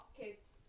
kids